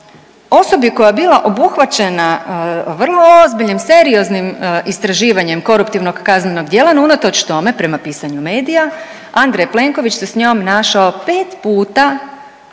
osobi koja je bila obuhvaćena vrlo ozbiljnim serioznim istraživanjem koruptivnog kaznenog djela, no unatoč tome prema pisanju medija Andrej Plenković se s njom našao pet puta,